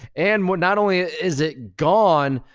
and but not only is it gone,